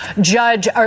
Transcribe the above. Judge